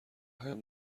هایم